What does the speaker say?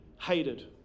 hated